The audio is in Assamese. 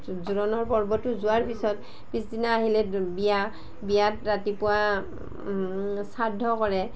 জোৰোনৰ পৰ্বটো যোৱাৰ পিছত পিছদিনা আহিলে বিয়া বিয়াত ৰাতিপুৱা শ্ৰাদ্ধ কৰে